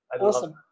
Awesome